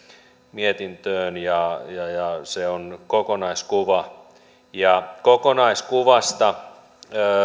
mietintöön ja ja se on kokonaiskuva ja kokonaiskuvasta